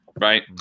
Right